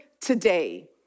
today